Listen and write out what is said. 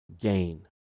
gain